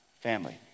family